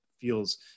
feels